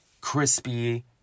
crispy